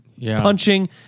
punching